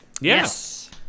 yes